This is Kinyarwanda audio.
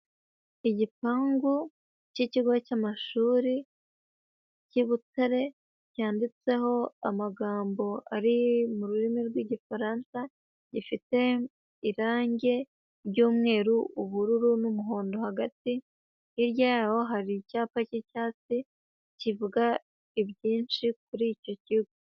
Igipangu cyikigo cy'amashuri cy'i Butare, cyanditseho amagambo ari mu rurimi rw'igifaransa, gifite irangi ry'umweru, ubururu n'umuhondo hagati, hirya yaho hari icyapa cy'icyatsi kivuga ibyinshi kuri icyo kigo.